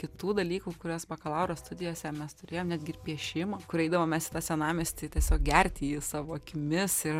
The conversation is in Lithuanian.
kitų dalykų kuriuos bakalauro studijose mes turėjom netgi ir piešimą kur eidavom mes į tą senamiestį tiesiog gerti jį savo akimis ir